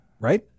Right